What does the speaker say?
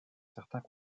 certains